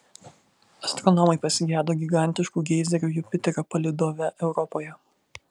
astronomai pasigedo gigantiškų geizerių jupiterio palydove europoje